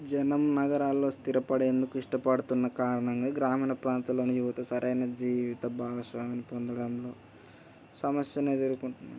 జనం నగరాలలో స్థిరపడేందుకు ఇష్టపడుతున్న కారణంగా గ్రామీణ ప్రాంతంలోని యువత సరైన జీవిత భాగస్వామిని పొందడంలో సమస్యను ఎదుర్కొంటుంది